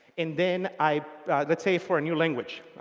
and then i let's say for a new language,